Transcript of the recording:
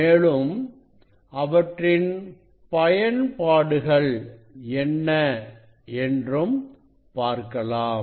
மேலும் அவற்றின் பயன்பாடுகள் என்ன என்றும் பார்க்கலாம்